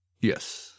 Yes